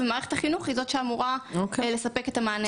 מערכת החינוך היא זאת שאמורה לספק את המענה הזה.